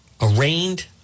arraigned